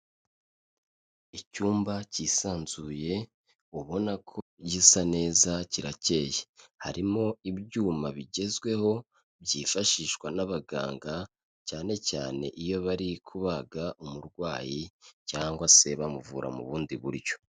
Icyumba cyisanzuye ubona ko gisa neza kirakeye. Harimo ibyuma bigezweho byifashishwa n'abaganga cyane cyane iyo bari kubaga umurwayi, cyangwa se bamuvura mu bundi buryo.